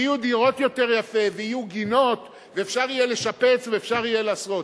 כי יהיו דירות יותר יפות ויהיו גינות ואפשר יהיה לשפץ ואפשר יהיה לעשות?